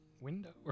window